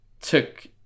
took